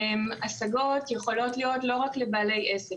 השגות יכולות להיות לא רק לבעלי עסק,